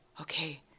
okay